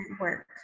work